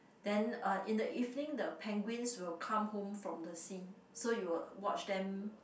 then uh in the evening the penguins will come home from the sea so you will watch them